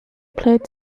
played